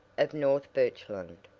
of north birchland.